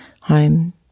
home